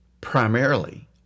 primarily